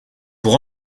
pour